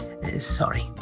Sorry